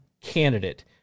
candidate